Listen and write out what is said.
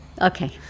Okay